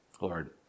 Lord